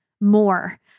more